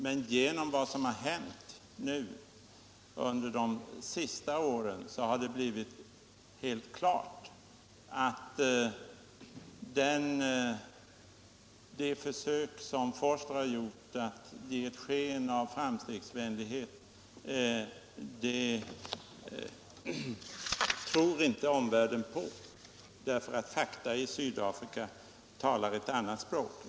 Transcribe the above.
Men efter vad som har hänt under de senaste åren tror inte omvärlden på de försök som gjorts av Vorster att ge ett sken av framstegsvänlighet. Fakta i Sydafrika talar ett annat språk.